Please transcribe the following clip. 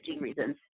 reasons